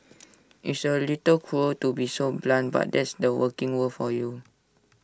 it's A little cruel to be so blunt but that's the working world for you